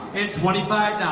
it's twenty five